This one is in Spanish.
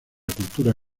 cultura